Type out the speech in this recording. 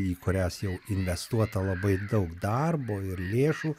į kurias jau investuota labai daug darbo ir lėšų